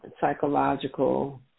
psychological